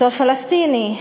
בתור פלסטיני.